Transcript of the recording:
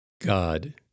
God